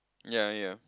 ya ya